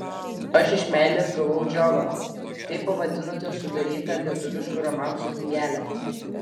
aš iš meilės gavau džiovą taip pavadinote sudarytą lietuviškų romansų knygelę